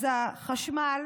אז החשמל